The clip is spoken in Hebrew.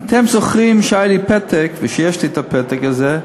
אתם זוכרים שהיה לי פתק, ויש לי את הפתק הזה,